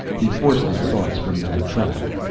he forced his thoughts from that track.